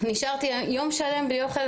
נשארתי יום שלם בלי אוכל.